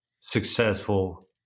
successful